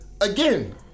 Again